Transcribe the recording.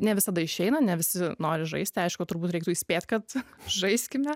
ne visada išeina ne visi nori žaisti aišku turbūt reiktų įspėt kad žaiskime